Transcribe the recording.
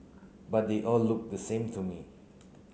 but they all looked the same to me